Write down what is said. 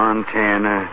Montana